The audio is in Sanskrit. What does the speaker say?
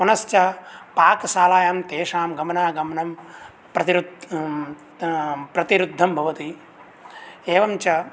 पुनश्च पाकसालायां तेषां गमनागमनं प्रतिरुत् प्रतिरुद्धं भवति एवञ्च